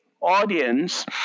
audience